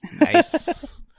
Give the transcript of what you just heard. Nice